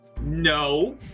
no